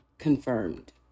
confirmed